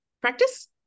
practice